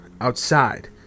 outside